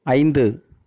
ஐந்து